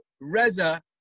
Reza